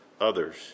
others